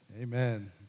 Amen